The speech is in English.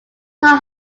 not